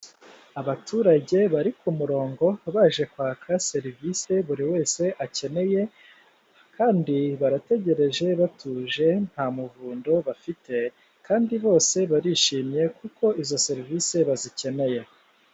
Abaturage bari ku murongo baje kwaka serivisi buri wese akeneye kandi barategereje batuje nta muvundo bafite kandi bose barishimye kuko izo serivisi bazikeneye.